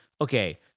okay